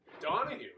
Donahue